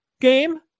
game